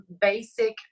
basic